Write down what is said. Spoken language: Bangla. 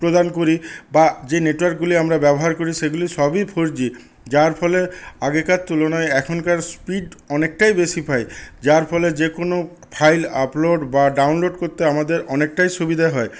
প্রদান করি বা যে নেটওয়ার্কগুলি আমরা ব্যবহার করি সেগুলো সবই ফোরজি যার ফলে আগেকার তুলনায় এখনকার স্পিড অনেকটাই বেশি পাই যার ফলে যেকোনো ফাইল আপলোড বা ডাউনলোড করতে আমাদের অনেকটাই সুবিধা হয়